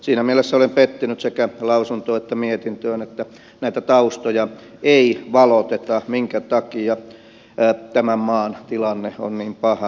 siinä mielessä olen pettynyt sekä lausuntoon että mietintöön että näitä taustoja ei valoteta minkä takia tämän maan tilanne on niin paha